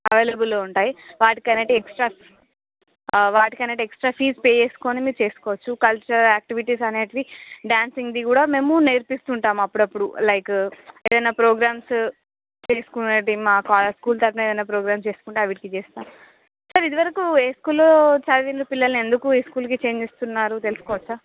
అవైలబుల్లో ఉంటాయి వాటికి అనేవి ఎక్స్ట్రా వాటికి అనేవి ఎక్స్ట్రా ఫీస్ పే చేసుకుని మీరు చేసుకోవచ్చు కల్చరల్ ఆక్టివిటీస్ అనేవి డాన్సింగ్ కూడా మేము నేర్పిస్తు ఉంటాము అప్పుడప్పుడు లైక్ ఏదైనా ప్రోగ్రామ్స్ చేసుకునేవి మా స్కూల్ తరఫున ఏదైన ప్రోగ్రామ్స్ చేసుకుంటే వాటికి చేస్తాం సార్ ఇదివరకు ఏ స్కూల్లో చదివిండ్రు పిల్లలు ఎందుకు స్కూల్కి చేంజ్ చేస్తున్నారు తెలుసుకోవచ్చా